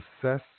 assess